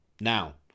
now